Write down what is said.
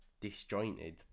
disjointed